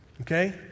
okay